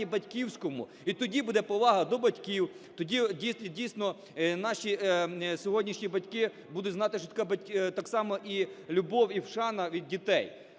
батьківському. І тоді буде повага до батьків, тоді, дійсно, наші сьогоднішні батьки будуть знати, що таке… так само і любов, і шана від дітей.